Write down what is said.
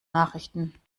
nachrichten